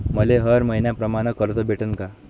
मले हर मईन्याप्रमाणं कर्ज भेटन का?